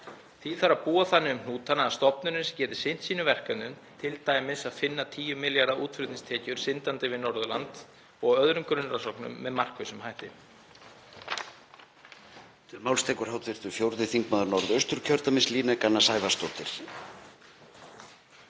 Því þarf að búa þannig um hnútana að stofnunin geti sinnt sínum verkefnum, t.d. að finna 10 milljarða útflutningstekjur syndandi við Norðurland, og öðrum grunnrannsóknum með markvissum hætti.